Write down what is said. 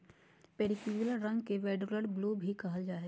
periwinkle रंग के lavender blue भी कहल जा हइ